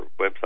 website